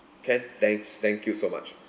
can thanks thank you so much